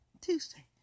Tuesday